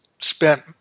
spent